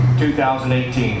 2018